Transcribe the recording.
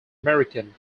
american